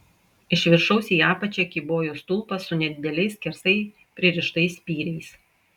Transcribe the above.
iš viršaus į apačią kybojo stulpas su nedideliais skersai pririštais spyriais